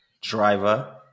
driver